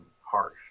harsh